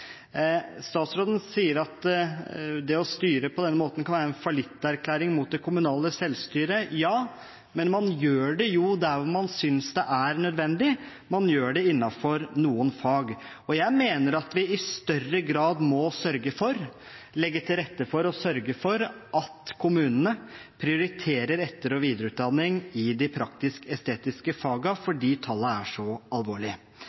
Statsråden sier at å styre på den måten kan være en fallitterklæring mot det kommunale selvstyret. Ja, men man gjør det jo der hvor man synes det er nødvendig. Man gjør det innenfor noen fag. Og jeg mener at vi i større grad må legge til rette for og sørge for at kommunene prioriterer etter- og videreutdanning i de praktisk-estetiske fagene, for de tallene er så